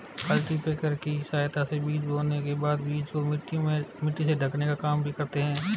cultipacker की सहायता से बीज बोने के बाद बीज को मिट्टी से ढकने का काम भी करते है